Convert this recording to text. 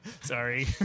Sorry